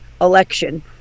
election